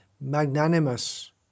magnanimous